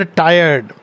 tired